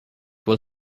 will